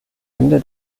ende